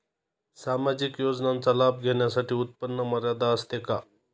सामाजिक योजनांचा लाभ घेण्यासाठी उत्पन्न मर्यादा असते का?